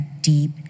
deep